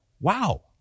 Wow